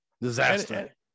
Disaster